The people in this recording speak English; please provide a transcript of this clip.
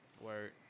Word